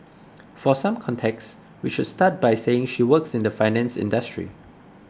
for some context we should start by saying she works in the finance industry